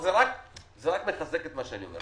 זה רק מחזק את מה שאני אומר.